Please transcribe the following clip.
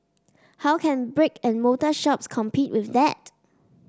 how can brick and mortar shops compete with that